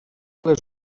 les